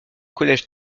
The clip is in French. collège